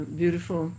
beautiful